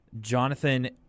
Jonathan